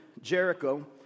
Jericho